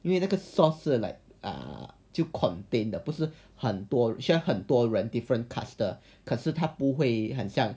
因为那个 source like err to contain 的不是很多像很多人 different cluster 可是他不会很像